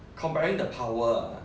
comparing the power